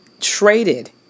traded